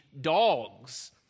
dogs